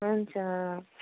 हुन्छ